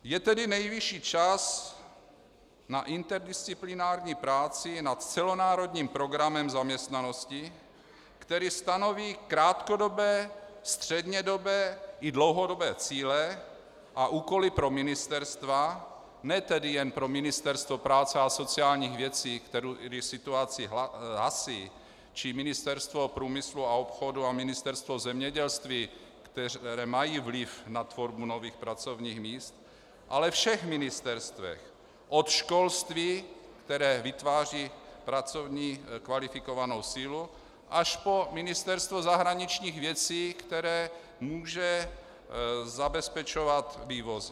Je tedy nejvyšší čas na interdisciplinární práci nad celonárodním programem zaměstnanosti, který stanoví krátkodobé, střednědobé i dlouhodobé cíle a úkoly pro ministerstva, ne tedy jen pro Ministerstvo práce a sociálních věcí, které situaci hasí, či Ministerstvo průmyslu a obchodu a Ministerstvo zemědělství, která mají vliv na tvorbu nových pracovních míst, ale všech ministerstev, od školství, které vytváří pracovní kvalifikovanou sílu, až po Ministerstvo zahraničních věcí, které může zabezpečovat vývozy.